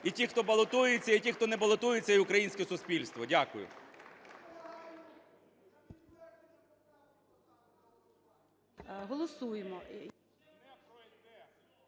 і ті, хто балотується і ті, хто не балотується, і українське суспільство. Дякую.